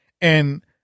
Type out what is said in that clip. And-